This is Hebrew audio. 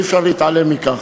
אי-אפשר להתעלם מכך.